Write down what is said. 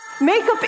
Makeup